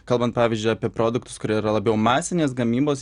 kalbant pavyzdžiui apie produktus kurie yra labiau masinės gamybos